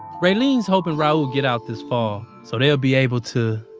raylene's hoping raul will get out this fall so they'll be able to,